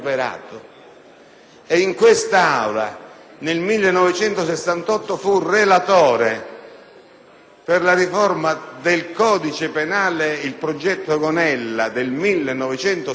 In quest'Aula, egli fu relatore per la riforma del codice penale: il progetto Gonella del 1968